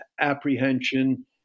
apprehension